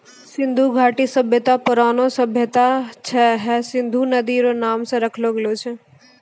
सिन्धु घाटी सभ्यता परौनो सभ्यता छै हय सिन्धु नदी रो नाम से राखलो गेलो छै